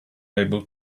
able